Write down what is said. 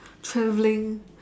travelling